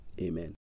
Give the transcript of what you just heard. Amen